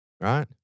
Right